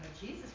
Jesus